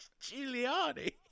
Giuliani